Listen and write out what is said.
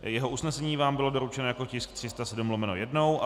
Jeho usnesení vám bylo doručeno jako tisk 307/1.